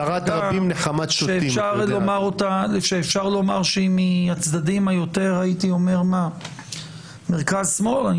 שאפשר לומר שהיא מהצדדים של המרכז שמאל.